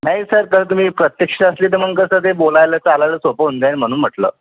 नाही सर जर तुम्ही प्रत्यक्ष असले तर मग कसं ते बोलायला चालायला सोपं होऊन जाईल म्हणून म्हटलं